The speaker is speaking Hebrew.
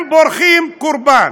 אם בורחים, קורבן.